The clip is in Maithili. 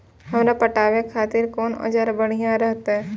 हमरा पटावे खातिर कोन औजार बढ़िया रहते?